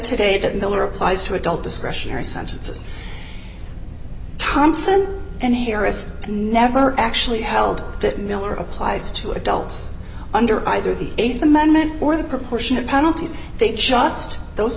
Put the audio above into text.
today that miller applies to adult discretionary sentences thompson and here as never actually held that miller applies to adults under either the th amendment or the proportion of penalties they just those